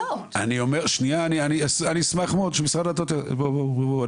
אני אשמח מאוד שמשרד הדתות ייקח על עצמו את הדבר הזה.